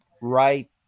right